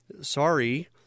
sorry